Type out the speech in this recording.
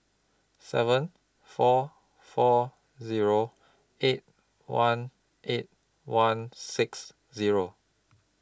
seven four four Zero eight one eight one six Zero